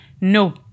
no